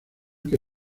que